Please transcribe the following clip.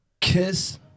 Kiss